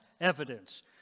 evidence